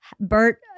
bert